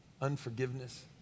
unforgiveness